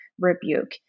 rebuke